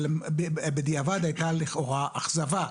בדיעבד הייתה לכאורה אכזבה.